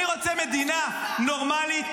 זה מה שהיא עושה --- אני רוצה מדינה נורמלית,